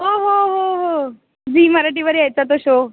हो हो हो हो झी मराठीवर यायचा तो शो